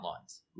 lines